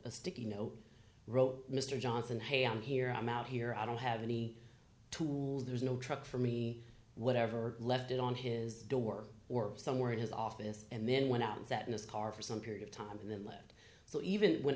a sticky note wrote mr johnson hey i'm here i'm out here i don't have any tools there's no truck for me whatever left it on his door or somewhere in his office and then went out and that in this car for some period of time and then led so even when